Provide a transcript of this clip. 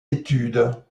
études